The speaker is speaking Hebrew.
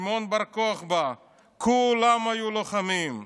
שמעון בר-כוכבא כולם היו לוחמים.